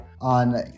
on